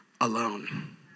alone